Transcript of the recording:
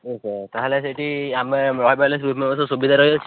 ହଁ ସାର୍ ତା'ହେଲେ ସେଠି ଆମେ ସୁବିଧା ରହିଅଛି